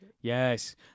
yes